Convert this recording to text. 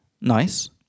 nice